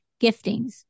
giftings